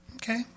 Okay